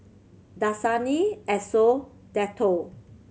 Dasani Esso Dettol